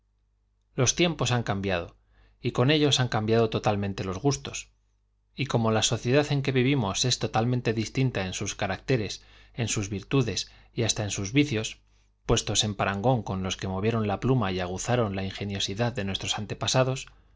los tiempos han cambiado y con ellos han cambiado totalmente los gustos y como la sociedad en que vivimos es totalmente distinta en sus caracteres en sus wirtud es y hasta vicios en parangón con los en sus puestos que movieron la pluma y aguzaron la ingeniosidad de nuestros antepasados